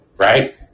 Right